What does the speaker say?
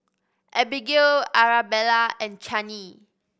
Abigail Arabella and Chanie